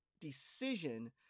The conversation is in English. decision